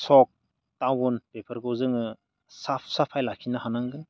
सख टाउन बेफोरखौ जोङो साफ साफाय लाखिनो हानांगोन